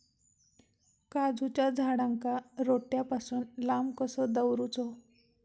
काजूच्या झाडांका रोट्या पासून लांब कसो दवरूचो?